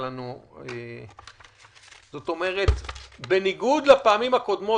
בניגוד לפעמים הקודמות,